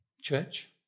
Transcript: church